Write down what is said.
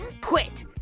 quit